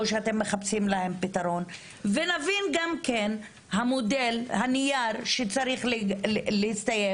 או שאתם מחפשים להם פתרון ונבין גם כן המודל הנייר שצריך להסתיים,